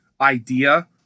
idea